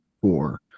four